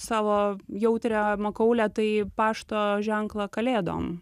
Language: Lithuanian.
savo jautrią makaulę tai pašto ženklą kalėdom